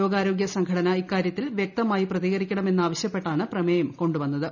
ലോകാരോഗ്യ സംഘടന ഇക്കാരൃത്തിൽ വൃക്തമായി പ്രതികരിക്കണമെന്നാവശ്യ പ്പെട്ടാണ് പ്രമേയം കൊണ്ടുവന്നത്